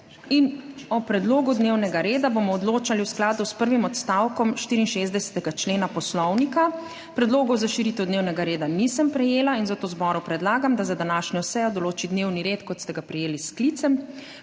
O predlogu dnevnega reda bomo odločali v skladu s prvim odstavkom 64. člena Poslovnika Državnega zbora. Predlogov za širitev dnevnega reda nisem prejela, zato zboru predlagam, da za današnjo sejo določi dnevni red, kot ste ga prejeli s sklicem.